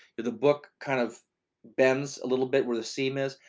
the the book kind of bends a little bit where the seam is,